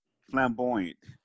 flamboyant